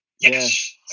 Yes